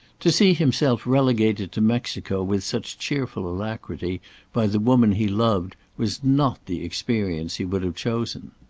to see himself relegated to mexico with such cheerful alacrity by the woman he loved was not the experience he would have chosen.